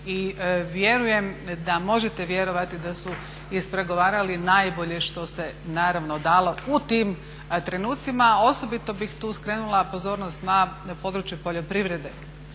I vjerujem da možete vjerovati da su ispregovarali najbolje što se naravno dalo u tim trenucima. Osobito bih tu skrenula pozornost na područje poljoprivrede,